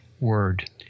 word